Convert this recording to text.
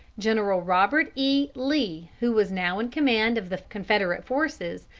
general robert e. lee, who was now in command of the confederate forces,